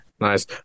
Nice